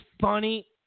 funny